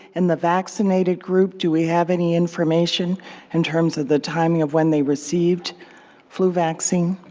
in the vaccinated group do we have any information in terms of the timing of when they received flu vaccine?